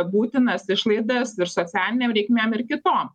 būtinas išlaidas ir socialinėm reikmėm ir kitom